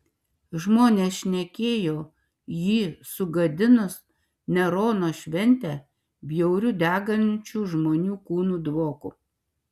žmonės šnekėjo jį sugadinus nerono šventę bjauriu degančių žmonių kūnų dvoku